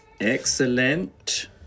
Excellent